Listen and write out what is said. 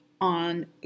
on